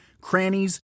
crannies